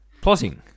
Plotting